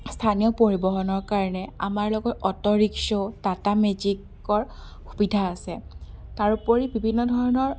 স্থানীয় পৰিবহণৰ কাৰণে আমাৰ লগত অ'টো ৰিক্সা টাটা মেজিকৰ সুবিধা আছে তাৰোপৰি বিভিন্ন ধৰণৰ